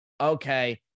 Okay